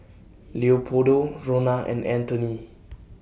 Leopoldo Ronna and Anthoney